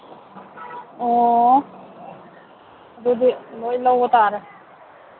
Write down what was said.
ꯑꯣ ꯑꯗꯨꯗꯤ ꯂꯣꯏ ꯂꯧꯕ ꯇꯥꯔꯦ